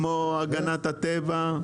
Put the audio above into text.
כמו הגנת הטבע,